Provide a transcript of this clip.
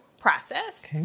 process